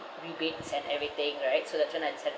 rebates and everything right so that's when I decided